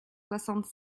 soixante